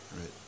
Right